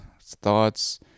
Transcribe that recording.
thoughts